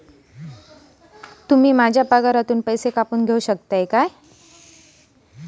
तुम्ही माझ्या पगारातून पैसे कापून घेऊ शकता का?